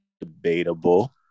debatable